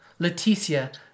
Leticia